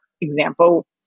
example